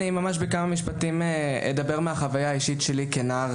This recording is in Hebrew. אני אדבר מהחוויה האישית שלי כנער